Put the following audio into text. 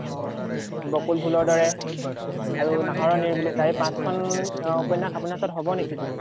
অঁ বকুল ফুলৰ দৰে আৰু নাহৰৰ নিৰিবিলি চাঁ এই পাঁচখন উপন্যাস আপোনাৰ ওচৰত হ'ব নেকি বাৰু